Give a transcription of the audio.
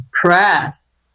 press